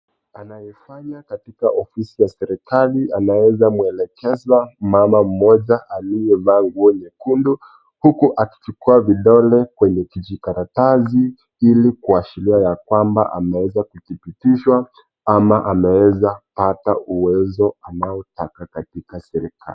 Anayefanya katika ofisi ya serikari anaweza mwelekeza mama mmoja aliyevaa nguo nyekundu, huku akichukua vidole kwenye kijikaratasi, ili kuashiria ya kwamba ameweza kudhibitishwa, ama ameweza pata uwezo anayetaka katika serikari.